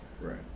Right